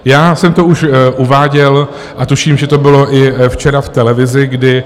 Já jsem to už uváděl a tuším, že to bylo i včera v televizi, kdy...